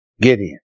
Gideon